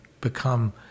become